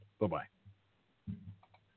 Bye-bye